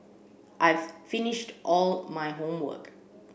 I've finished all my homework